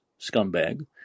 scumbag